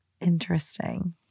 Interesting